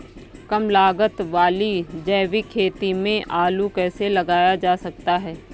कम लागत वाली जैविक खेती में आलू कैसे लगाया जा सकता है?